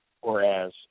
Whereas